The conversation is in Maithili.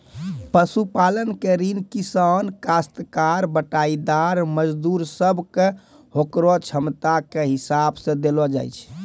पशुपालन के ऋण किसान, कास्तकार, बटाईदार, मजदूर सब कॅ होकरो क्षमता के हिसाब सॅ देलो जाय छै